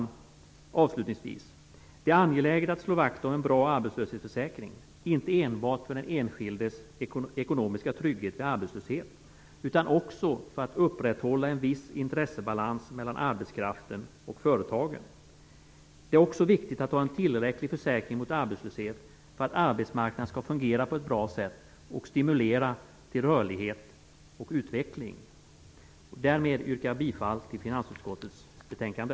Det är avslutningsvis angeläget att slå vakt om en bra arbetslöshetsförsäkring, inte enbart för den enskildes ekonomiska trygghet vid arbetslöshet utan också för att upprätthålla en viss intressebalans mellan arbetskraften och företagen. Det är också viktigt att ha en tillräcklig försäkring mot arbetslöshet för att arbetsmarknaden skall fungera på ett bra sätt och stimulera till rörlighet och utveckling. Därmed yrkar jag bifall till finansutskottets betänkande.